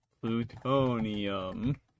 Plutonium